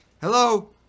Hello